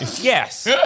Yes